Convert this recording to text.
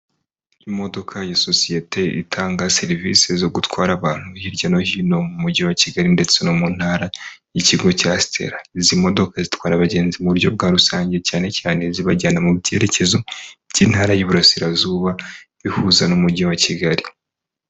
Imodoka yasosiyete itanga serivisi zo gutwara abantu hirya no hino mu mujyi wa Kigali ndetse no mu ntara y'ikigo cya sitera. Izi modoka zitwara abagenzi mu buryo bwa rusange cyane cyane zibajyana mu byerekezo by'intara y'iburasirazuba ihuza n'umujyi wa Kigali.